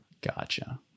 Gotcha